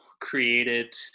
created